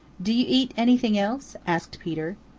do you eat anything else? asked peter.